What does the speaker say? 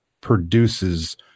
produces